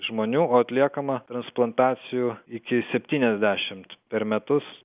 žmonių o atliekama transplantacijų iki septyniasdešim per metus